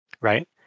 right